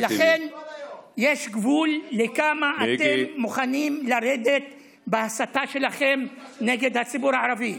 ולכן יש גבול לכמה אתם מוכנים לרדת בהסתה שלכם נגד הציבור הערבי.